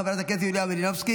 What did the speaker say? חברת הכנסת יוליה מלינובסקי,